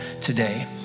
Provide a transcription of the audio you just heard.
today